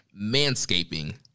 Manscaping